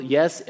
Yes